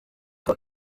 were